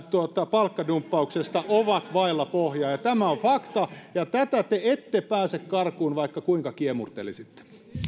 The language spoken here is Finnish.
palkkadumppauksesta ovat vailla pohjaa tämä on fakta ja tätä te ette pääse karkuun vaikka kuinka kiemurtelisitte